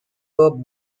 rope